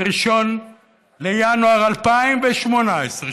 ב-1 בינואר 2018,